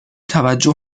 توجه